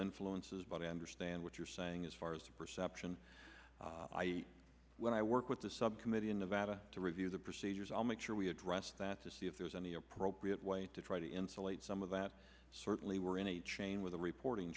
influences but i understand what you're saying as far as the perception i when i work with the subcommittee in nevada to review the procedures i'll make sure we address that to see if there's any appropriate way to try to insulate some of that certainly we're in a chain with a reporting